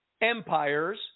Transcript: empires